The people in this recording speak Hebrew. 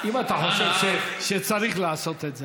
אם אתה חושב שצריך לעשות את זה,